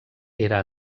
era